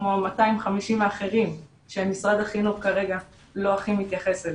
כמו 250,000 האחרים שמשרד החינוך כרגע לא הכי מתייחס אליהם,